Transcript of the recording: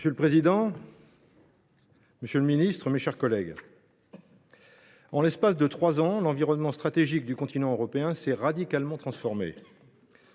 Monsieur le président, monsieur le ministre, mes chers collègues, en l’espace de trois ans, l’environnement stratégique du continent européen s’est radicalement transformé.